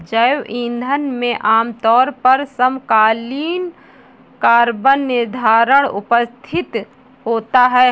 जैव ईंधन में आमतौर पर समकालीन कार्बन निर्धारण उपस्थित होता है